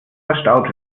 verstaut